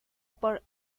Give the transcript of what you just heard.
por